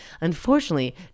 Unfortunately